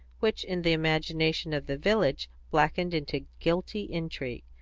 which in the imagination of the village blackened into guilty intrigue.